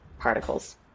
particles